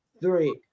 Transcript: three